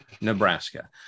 Nebraska